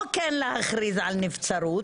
או כן להכריז על נבצרות,